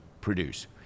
produce